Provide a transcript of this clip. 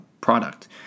product